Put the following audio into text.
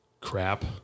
crap